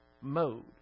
mode